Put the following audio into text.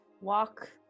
walk